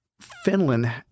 Finland